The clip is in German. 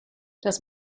das